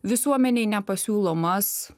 visuomenei nepasiūlomas